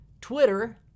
Twitter